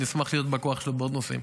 אני אשמח להיות בא כוח שלו בעוד נושאים,